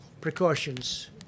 precautions